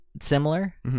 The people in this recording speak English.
similar